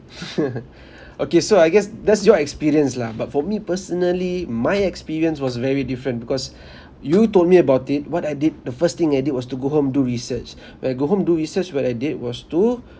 okay so I guess that's your experience lah but for me personally my experience was very different because you told me about it what I did the first thing I did was to go home do research when I go home do research what I did was to